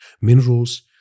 minerals